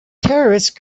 terrorist